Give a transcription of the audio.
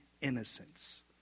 innocence